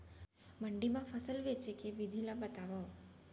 मंडी मा फसल बेचे के विधि ला बतावव?